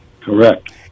Correct